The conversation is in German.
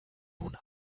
nun